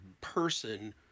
person